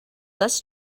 less